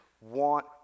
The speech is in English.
want